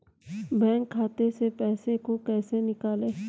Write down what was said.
Bank खाते से पैसे को कैसे निकालें?